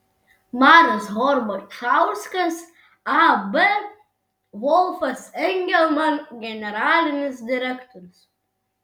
marius horbačauskas ab volfas engelman generalinis direktorius